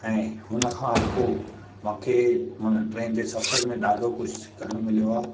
ऐं हुन खां पोइ मूंखे माना ट्रेन जे सफ़र में ॾाढो कुझु सिखणु मिलियो आहे